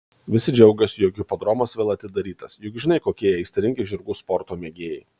visi džiaugiasi jog hipodromas vėl atidarytas juk žinai kokie jie aistringi žirgų sporto mėgėjai